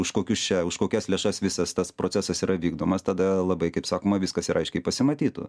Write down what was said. už kokius čia už kokias lėšas visas tas procesas yra vykdomas tada labai kaip sakoma viskas ir aiškiai pasimatytų